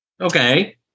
Okay